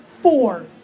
four